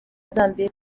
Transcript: zambia